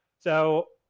so,